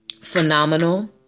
phenomenal